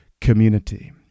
community